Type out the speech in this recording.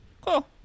cool